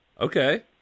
Okay